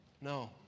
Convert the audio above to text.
no